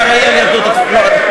אחראי ליהדות התפוצות.